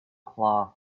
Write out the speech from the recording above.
cloth